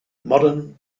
modern